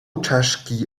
czaszki